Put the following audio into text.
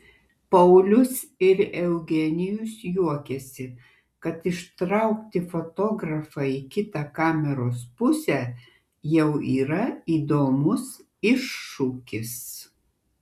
paulius ir eugenijus juokiasi kad ištraukti fotografą į kitą kameros pusę jau yra įdomus iššūkis